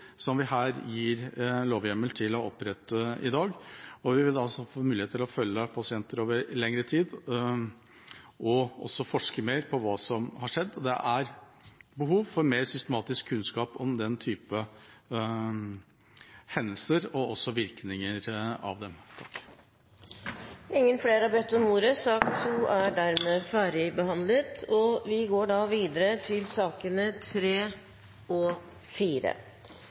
som vi gir lovhjemmel til å opprette i dag. Vi vil altså få mulighet til å følge pasienter over lengre tid og også forske mer på hva som har skjedd. Det er behov for mer systematisk kunnskap om den typen hendelser og virkninger av dem. Flere har ikke bedt om ordet til sak nr. 2. Presidenten vil foreslå at sakene nr. 3 og 4 behandles under ett. – Det anses vedtatt. Etter ønske fra helse- og